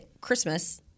Christmas –